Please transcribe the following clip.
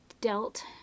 dealt